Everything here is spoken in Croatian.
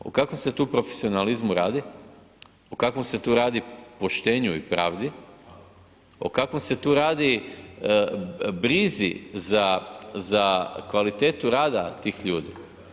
O kakvom se tu profesionalizmu radi, o kakvom se tu radi poštenju i pravdi, o kakvom se tu radi brizi za kvalitetu rada tih ljudi?